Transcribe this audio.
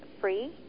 free